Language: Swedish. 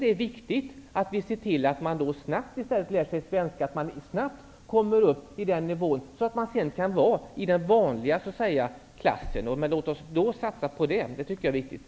Det är viktigt att se till att eleverna snabbt lär sig svenska och kommer upp på en nivå som gör att de kan gå i vanliga klasser. Låt oss satsa på detta. Det tycker jag är viktigt.